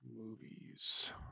movies